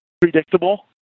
predictable